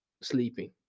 sleeping